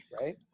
Right